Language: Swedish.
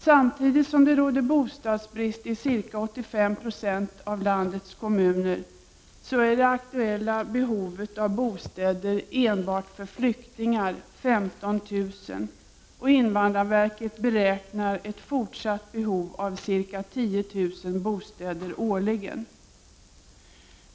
Samtidigt som det råder bostadsbrist i ca 85 26 av landets kommuner är det aktuella behovet av bostäder enbart för flyktingar 15 000, och invandrarverket beräknar ett fortsatt behov av ca 10 000 bostäder årligen.